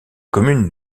commune